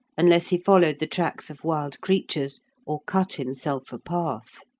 unless he followed the tracks of wild creatures or cut himself a path.